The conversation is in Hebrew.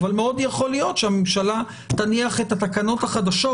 אבל מאוד יכול להיות שהממשלה תניח את התקנות החדשות